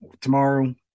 tomorrow